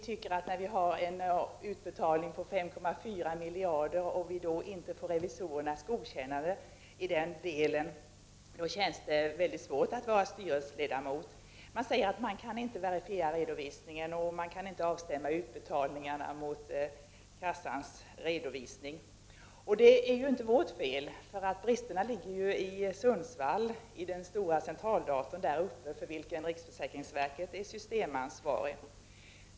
När vi har en utbetalning på 5,4 miljarder och vi inte får revisorernas godkännande i den delen känns det mycket svårt att vara styrelseledamot. Revisorerna säger att de inte kan verifiera redovisningen eller avstämma utbetalningarna mot kassans redovisning. Det är inte vårt fel, utan bristerna ligger i den stora centraldatorn i Sundsvall, för vilken riksförsäkringsverket är systemansvarigt.